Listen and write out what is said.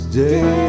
day